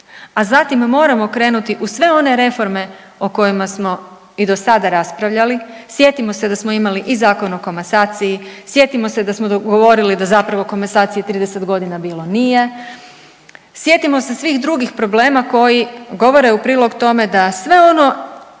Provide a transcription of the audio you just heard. a zatim moramo krenuti u sve one reforme o kojima smo i dosada raspravljali, sjetimo se da smo imali i Zakon o komasaciji, sjetimo se da smo govorili da zapravo komasacije 30.g. bilo nije, sjetimo se svih drugih problema koji govore u prilog tome da sve ono